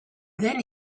then